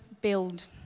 Build